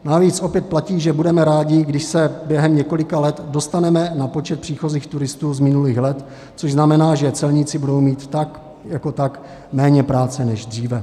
Navíc opět platí, že budeme rádi, když se během několika let dostaneme na počet příchozích turistů z minulých let, což znamená, že celníci budou mít tak jako tak méně práce než dříve.